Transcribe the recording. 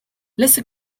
lesser